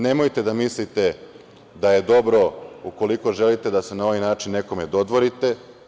Nemojte da mislite da je dobro ukoliko želite da se na ovaj način nekome dodvorite.